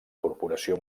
corporació